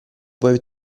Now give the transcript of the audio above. puoi